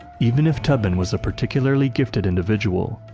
even if tubman was a particularly gifted individual,